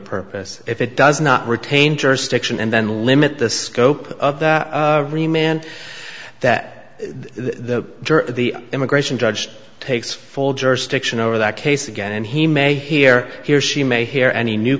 purpose if it does not retain jurisdiction and then limit the scope of that remain and that the the immigration judge takes full jurisdiction over that case again and he may hear he or she may hear any new